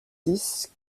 dix